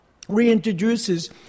reintroduces